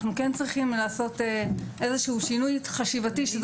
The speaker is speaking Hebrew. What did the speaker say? אנחנו צריכים לעשות שינוי חשיבתי שזאת